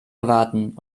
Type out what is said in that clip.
erwarten